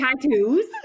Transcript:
tattoos